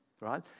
right